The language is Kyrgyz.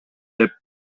деп